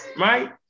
right